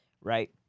right